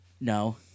No